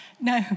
No